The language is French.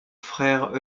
frère